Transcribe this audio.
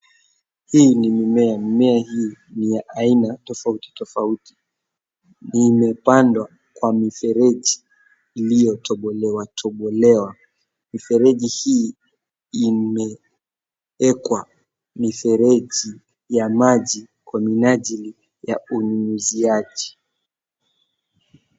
Hii ni mimea mimiea hii ni ya aina tofauti tofauti imepandwa kwa mifereji iliyo tobolewa tobolewa mifereji hii imewekwa mifereji ya maji kwa menajili ya unyunyiziaji.